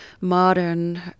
modern